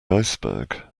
iceberg